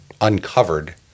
uncovered